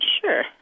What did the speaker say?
sure